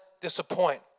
disappoint